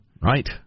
Right